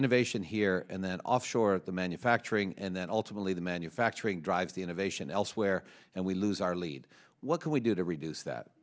innovation here and then offshore at the manufacturing and then ultimately the manufacturing drives the innovation elsewhere and we lose our lead what can we do to reduce that